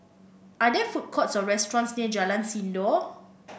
are there food courts or restaurants near Jalan Sindor